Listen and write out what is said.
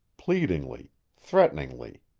pleadingly, threateningly,